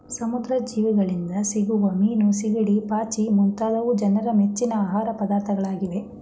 ಸಮುದ್ರದ ಜೀವಿಗಳಿಂದ ಸಿಗುವ ಮೀನು, ಸಿಗಡಿ, ಪಾಚಿ ಮುಂತಾದವು ಜನರ ಮೆಚ್ಚಿನ ಆಹಾರ ಪದಾರ್ಥಗಳಾಗಿವೆ